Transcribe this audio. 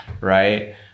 right